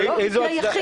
זה לא מקרה יחיד.